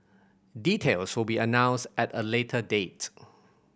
details will be announced at a later date